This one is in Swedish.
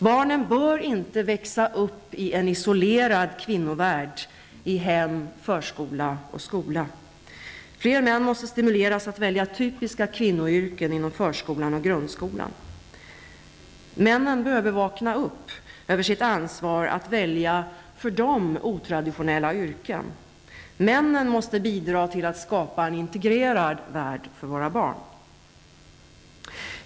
Barnen bör inte växa upp i en isolerad kvinnovärld i hem, förskola och skola. Fler män måste stimuleras att välja typiska kvinnoyrken inom förskolan och grundskolan. Männen behöver vakna upp över sitt ansvar att välja för dem otraditionella yrken. Männen måste bidra till att skapa en integrerad värld för våra barn.